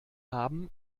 haben